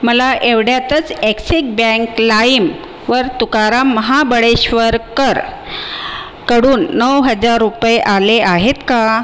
मला एवढ्यातच Axis bank लाईम वर तुकाराम महाबळेश्वरकर कडून नऊ हजार रुपये आले आहेत का